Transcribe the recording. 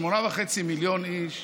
8.5 מיליון איש,